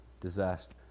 disaster